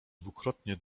dwukrotnie